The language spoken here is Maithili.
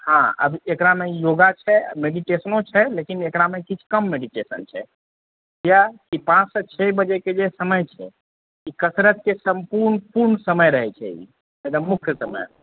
हँ एकरामे योगा छै मैडिटेशनो छै लेकिन एकरामे किछु कम मैडिटेशन छै किआकि पाँच सँ छओ बजेके जे समय छै ई कसरतके सम्पूर्ण पूर्ण समय रहै छै एकदम मुख्य समय